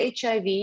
HIV